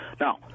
Now